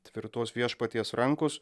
tvirtos viešpaties rankos